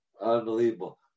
Unbelievable